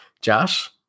Josh